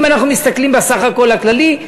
אם אנחנו מסתכלים בסך הכול הכללי,